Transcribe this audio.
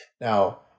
Now